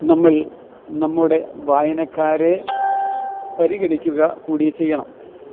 നമ്മള് നമ്മുടെ വായനക്കാരെ പരിഗണിക്കുക കൂടി ചെയ്യണം